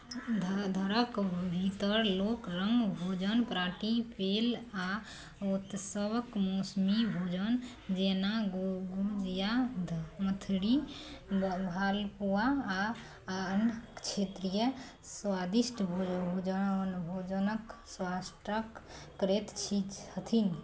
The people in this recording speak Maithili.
ध धरके भीतर लोक रङ्ग भोजन प्राटी पेल आओर उत्सवके मौसमी भोजन जेना गो जिआ मथरी मालपुआ आओर अन्य क्षेत्रीय सुआदिष्ट भोज भोजन भोजनके स्वास्थ्य क करैत छि छथिन